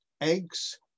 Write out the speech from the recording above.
eggs